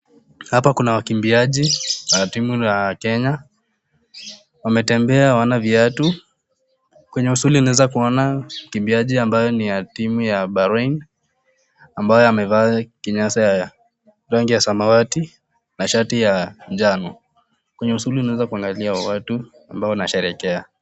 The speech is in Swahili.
Hapa kuna wakimbiaji wa timu la kenya wametembea hawana viatu kwenye usuli naeza kuona mkimbiaji ambaye ni wa timu ya Bahrain ambaye amevaa kinyasa ya rangi ya samawati na shati ya njano kwenye usuli naeza kuangalia watu ambao wanasherehekea.